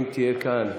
אם תהיה כאן,